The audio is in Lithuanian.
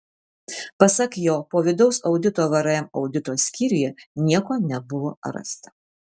pasak jo po vidaus audito vrm audito skyriuje nieko nebuvo rasta